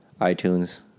iTunes